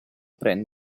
prendere